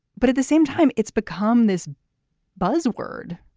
but at the same time it's become this buzz word.